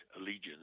allegiance